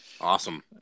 Awesome